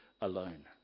alone